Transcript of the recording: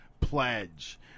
pledge